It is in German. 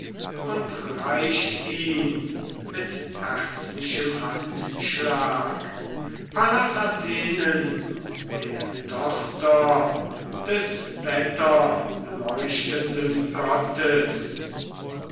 und reicht ihn mit herzlichem handschlag pallas athenen der tochter des wetterleuchtenden gottes